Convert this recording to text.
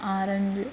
orange